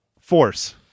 Force